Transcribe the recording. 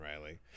Riley